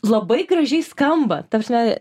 labai gražiai skamba ta prasme